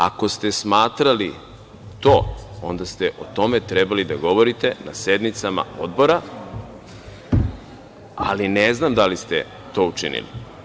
Ako ste smatrali to, onda ste o tome trebali da govorite na sednicama odbora, ali ne znam da li ste to učinili.